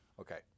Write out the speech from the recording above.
Okay